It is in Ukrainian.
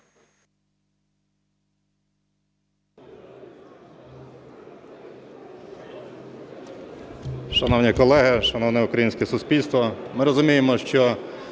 Шановні колеги, шановне українське суспільство! Ми розуміємо, що